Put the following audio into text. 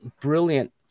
brilliant